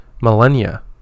millennia